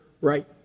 right